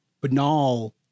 banal